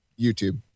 YouTube